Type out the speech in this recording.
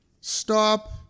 Stop